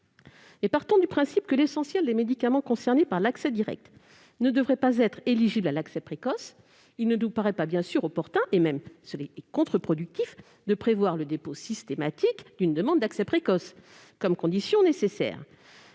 Partant du principe que l'essentiel des médicaments concernés par l'accès direct ne devrait pas être éligible à l'accès précoce, il ne nous paraît pas opportun- ce serait même contre-productif -de prévoir le dépôt systématique d'une demande d'accès précoce comme condition nécessaire.